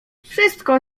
wszystko